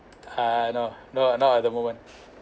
uh no no no at the moment